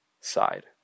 side